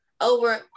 over